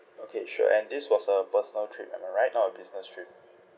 okay sure and this was a personal trip am I right not a business trip